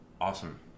Awesome